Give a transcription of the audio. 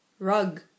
rug